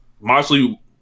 mostly